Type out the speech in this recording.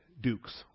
dukes